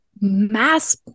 mass